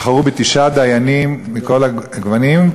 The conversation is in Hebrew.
בחרו תשעה דיינים מכל הגוונים,